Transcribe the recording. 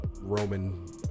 Roman